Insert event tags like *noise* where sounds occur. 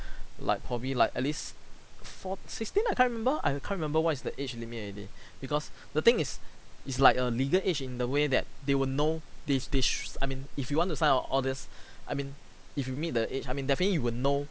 like probably like at least four sixteen I can't remember I can't remember what is the age limit already *breath* because the thing is it's like a legal age in the way that they will know this this sh~ I mean if you want to sign of all this I mean if you meet the age I mean definitely you will know